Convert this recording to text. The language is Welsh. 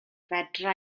fedra